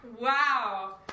Wow